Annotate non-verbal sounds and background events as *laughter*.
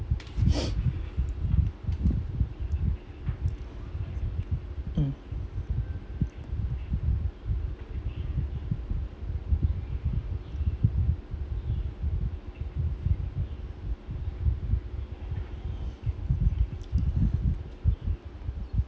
*noise* mm